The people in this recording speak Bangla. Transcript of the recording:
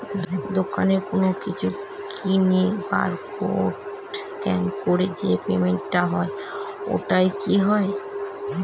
দোকানে কোনো কিছু কিনে বার কোড স্ক্যান করে যে পেমেন্ট টা হয় ওইটাও কি হয়?